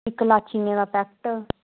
इक्क लाचियें दा पैकेट